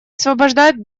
освобождают